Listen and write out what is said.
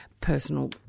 personal